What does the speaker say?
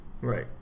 Right